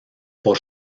por